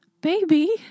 Baby